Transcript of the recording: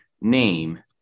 name